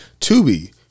Tubi